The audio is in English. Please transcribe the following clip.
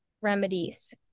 remedies